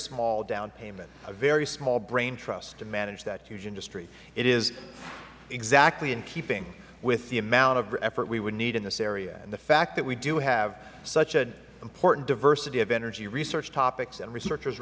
small down payment a very small brain trust to manage that huge industry it is exactly in keeping with the amount of effort we would need in this area and the fact that we do have such an important diversity of energy research topics and researchers